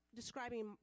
describing